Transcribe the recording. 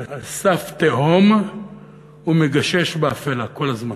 על סף תהום ומגשש באפלה, כל הזמן.